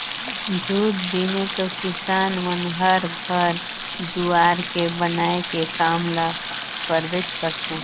झूर दिने तो किसान मन हर घर दुवार के बनाए के काम ल करबेच करथे